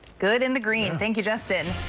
good in the green. thank you, justin.